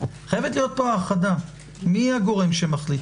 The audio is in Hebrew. חייבת להיות פה האחדה מי הגורם שמחליט?